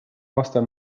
aasta